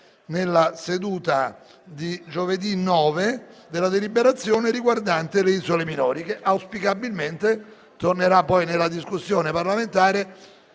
dalla seduta di giovedì 9 della deliberazione riguardante le isole minori, che auspicabilmente tornerà nella discussione parlamentare,